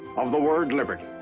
um the word liberty.